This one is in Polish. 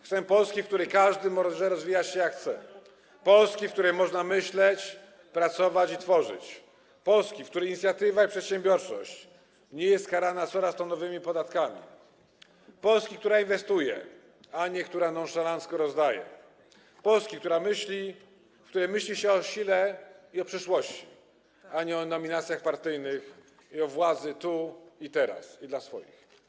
Chcemy Polski, w której każdy może rozwijać się, jak chce, Polski, w której można myśleć, pracować i tworzyć, Polski, w której inicjatywa i przedsiębiorczość nie są karane kolejnymi podatkami, Polski, która inwestuje, a nie która nonszalancko rozdaje, Polski, w której myśli się o sile i o przyszłości, a nie o nominacjach partyjnych i o władzy tu i teraz, dla swoich.